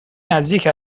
نزدیک